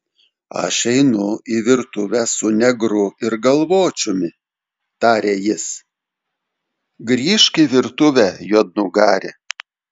aš einu į virtuvę su negru ir galvočiumi tarė jis grįžk į virtuvę juodnugari